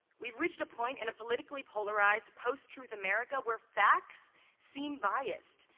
we've reached a point in a politically polarized post-truth america where facts seem biased.